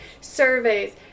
surveys